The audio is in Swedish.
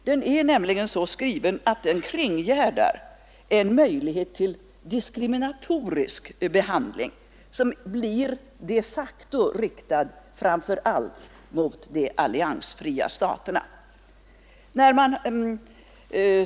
Den är nämligen så skriven att den kringgärdar en möjlighet till diskriminatorisk behandling, som blir de facto riktad framför allt mot de alliansfria staterna.